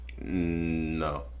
No